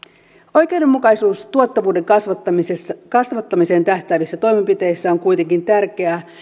oikeudenmukaisuus tuottavuuden kasvattamiseen kasvattamiseen tähtäävissä toimenpiteissä on kuitenkin tärkeää